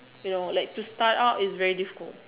you know like to start up is very difficult